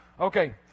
Okay